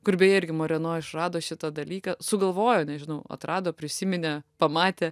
kur beje irgi moreno išrado šitą dalyką sugalvojo nežinau atrado prisiminė pamatė